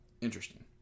Interesting